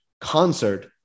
concert